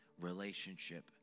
relationship